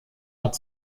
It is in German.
hat